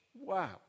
Wow